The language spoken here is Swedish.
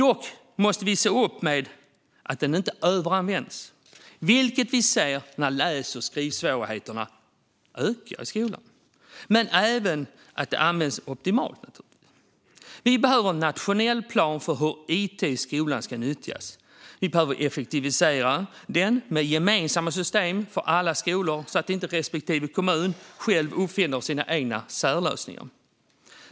Vi måste se upp så att den inte överanvänds, vilket vi ser när läs och skrivsvårigheterna ökar i skolan. Det handlar även om att den ska användas optimalt. Det behövs en nationell plan för hur it i skolan ska nyttjas. Det behövs gemensamma system för alla skolor så att kommunerna inte själva uppfinner särlösningar.